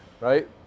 right